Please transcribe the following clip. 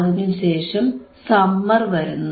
അതിനുശേഷം സമ്മർ വരുന്നു